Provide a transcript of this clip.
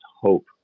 hope